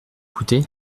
coûté